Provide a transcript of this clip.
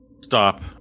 stop